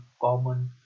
common